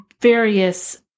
various